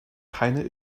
keine